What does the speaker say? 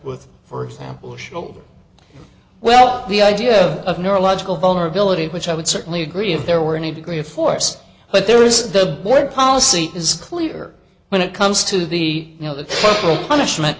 with for example the shoulder well the idea of neurological vulnerability which i would certainly agree if there were any degree of force but there is the word policy is clear when it comes to the you know the punishment